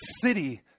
city